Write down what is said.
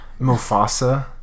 Mufasa